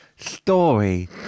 story